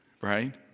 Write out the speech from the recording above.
Right